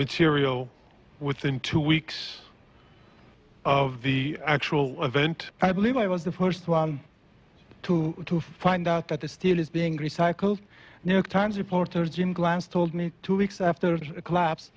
material within two weeks of the actual event i believe i was the first one to find out that the steel is being recycled new york times reporter jim glass told me two weeks after the collapse